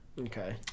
okay